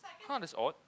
!huh! that's odd